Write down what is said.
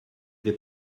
vais